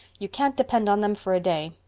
you can't depend on them for a day.